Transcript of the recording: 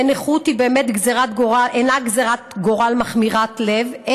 ונכות באמת אינה גזרת גורל מכמירת לב,